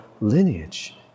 lineage